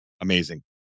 Amazing